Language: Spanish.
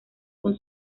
con